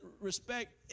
respect